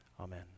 Amen